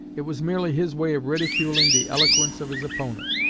it was merely his way of ridiculing the eloquence of his opponent.